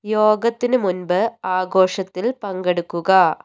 യോഗത്തിന് മുന്പ് ആഘോഷത്തില് പങ്കെടുക്കുക